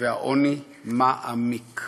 והעוני מעמיק.